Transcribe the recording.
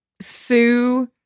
Sue